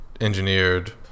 engineered